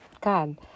God